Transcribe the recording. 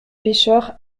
pecheurs